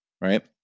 right